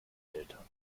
eltern